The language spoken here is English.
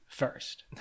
first